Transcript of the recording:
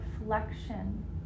reflection